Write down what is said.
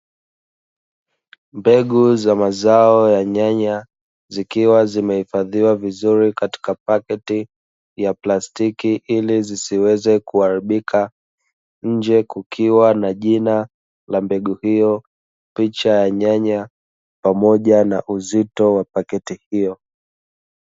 Mbegu za mazao ya nyanya, zikiwa zimehifadhiwa vizuri katika pakiti ya plastiki ili zisiweze kuharibika, nje kukiwa na jina la mbegu hiyo, picha ya nyanya pamoja na uzito wa pakiti hiyo.